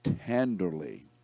tenderly